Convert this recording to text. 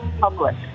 public